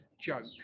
joke